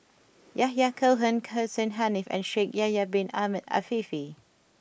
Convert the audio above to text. Yahya Cohen Hussein Haniff and Shaikh Yahya bin Ahmed Afifi